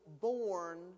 born